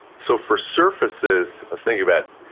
so for surfaces i was thinking about,